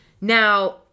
Now